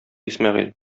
исмәгыйль